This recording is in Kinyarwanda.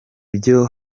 byo